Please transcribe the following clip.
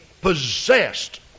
possessed